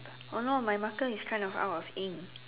oh no my marker is kind of out of ink